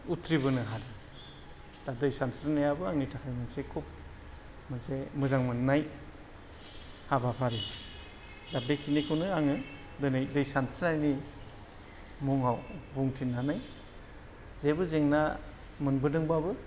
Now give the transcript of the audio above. उथ्रिबोनो हादों दा दै सानस्रिनायाबो आंनि थाखाय मोनसे खुब मोनसे मोजां मोननाय हाबाफारि दा बेखिनिखौनो आङो दिनै दै सानस्रिनायनि मुङाव बुंथिनानै जेबो जेंना मोनबोदोंब्लाबो